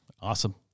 Awesome